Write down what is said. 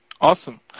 Awesome